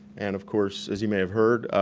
and of course, as you may have heard,